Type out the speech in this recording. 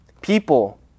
People